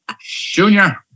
Junior